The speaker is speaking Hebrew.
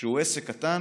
שהוא עסק קטן